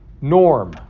norm